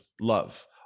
love